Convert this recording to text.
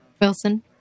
Wilson